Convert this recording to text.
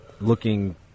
looking